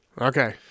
Okay